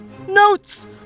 notes